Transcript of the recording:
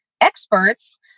experts